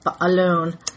alone